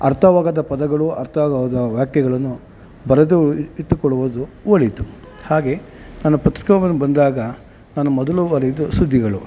ಅರ್ಥವಾಗದ ಪದಗಳು ಅರ್ಥವಾಗದ ವಾಕ್ಯಗಳನ್ನು ಬರೆದು ಇಟ್ಟುಕೊಳ್ಳುವುದು ಒಳಿತು ಹಾಗೆ ನಾನು ಪತ್ರಿಕೆಗೆ ಮೊದಲು ಬಂದಾಗ ನಾನು ಮೊದಲು ಓದಿದ್ದು ಸುದ್ದಿಗಳು